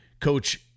Coach